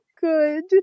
good